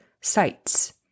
sites